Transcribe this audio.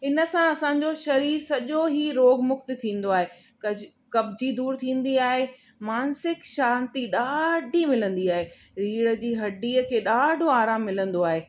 इनसां असांजो शरीर सभु सॼो ई रोग मुक्त थींदो आहे क कब्जी दूर थींदी आहे मानसिक शांती ॾाढी मिलंदी आहे रीढ़ जी हड्डीअ खे ॾाढो आराम मिलंदो आहे